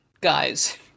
guys